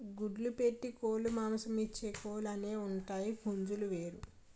గుడ్లు పెట్టే కోలుమాంసమిచ్చే కోలు అనేవుంటాయి పుంజులు వేరు